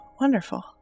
wonderful